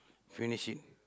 finish it